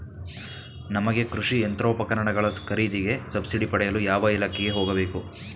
ನಮಗೆ ಕೃಷಿ ಯಂತ್ರೋಪಕರಣಗಳ ಖರೀದಿಗೆ ಸಬ್ಸಿಡಿ ಪಡೆಯಲು ಯಾವ ಇಲಾಖೆಗೆ ಹೋಗಬೇಕು?